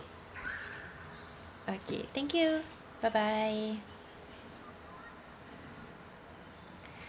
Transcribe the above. okay thank you bye bye